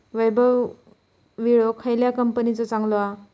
वैभव विळो खयल्या कंपनीचो चांगलो हा?